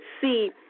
see